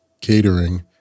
catering